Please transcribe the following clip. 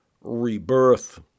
rebirth